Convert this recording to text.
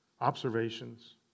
observations